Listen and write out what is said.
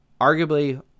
arguably